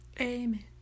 Amen